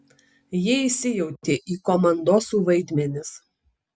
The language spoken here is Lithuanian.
jie įsijautė į komandosų vaidmenis